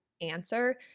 answer